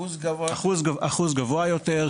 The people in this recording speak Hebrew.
אחוז גבוה יותר,